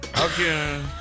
Okay